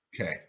Okay